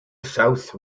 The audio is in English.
south